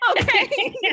Okay